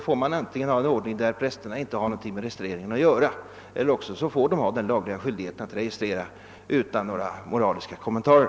Då får man införa en ordning där prästerna antingen inte har någonting med registreringen att göra eller också har laglig skyldighet att registrera utan några moraliska kommentarer.